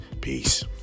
Peace